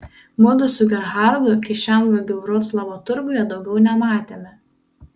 mudu su gerhardu kišenvagių vroclavo turguje daugiau nematėme